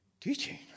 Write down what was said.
teaching